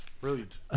Brilliant